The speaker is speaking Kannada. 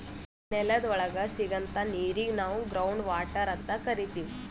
ನೆಲದ್ ಒಳಗ್ ಸಿಗಂಥಾ ನೀರಿಗ್ ನಾವ್ ಗ್ರೌಂಡ್ ವಾಟರ್ ಅಂತ್ ಕರಿತೀವ್